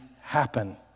happen